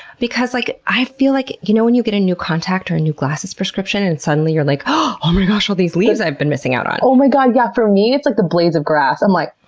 because like i feel like, you know when you get a new contact or and new glasses prescription and suddenly you're like, oh, my gosh, all these leaves i've been missing out on! oh, my god. yeah! for me it's like the blades of grass. i'm like,